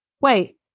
Wait